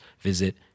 visit